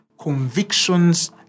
convictions